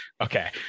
Okay